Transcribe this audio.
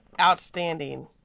outstanding